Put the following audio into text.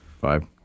five